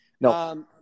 No